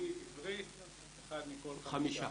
ובממלכתי-עברי אחד מכל חמישה.